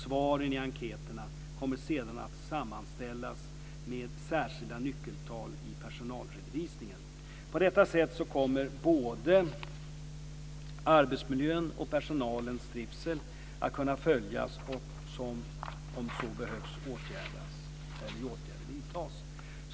Svaren i enkäterna kommer sedan att sammanställas med särskilda nyckeltal i personalredovisningen. På detta sätt kommer både arbetsmiljön och personalens trivsel att kunna följas och, om så behövs, åtgärder vidtas.